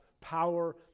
power